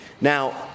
Now